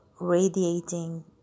radiating